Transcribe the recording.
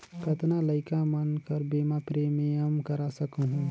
कतना लइका मन कर बीमा प्रीमियम करा सकहुं?